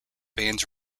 bands